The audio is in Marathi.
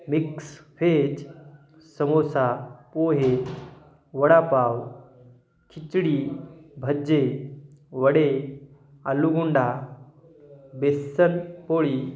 मिक्स व्हेज समोसा पोहे वडापाव खिचडी भज्जे वडे आलू बोडा बेसन पोळी